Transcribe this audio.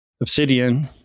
Obsidian